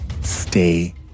stay